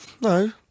no